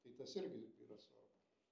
tai tas irgi yra svarbu